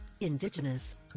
Indigenous